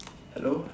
hello